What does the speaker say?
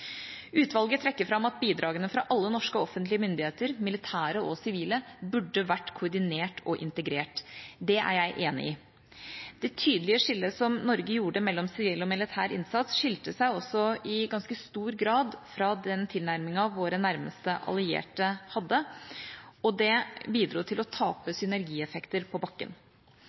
Utvalget trekker fram at bidragene fra alle norske offentlige myndigheter, militære og sivile, burde vært koordinert og integrert. Det er jeg enig i. Det tydelige skillet som Norge gjorde mellom sivil og militær innsats, skilte seg også i ganske stor grad fra den tilnærmingen våre nærmeste allierte hadde, og det bidro til tapte synergieffekter på bakken.